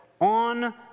on